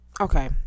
okay